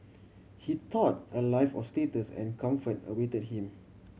he thought a life of status and comfort awaited him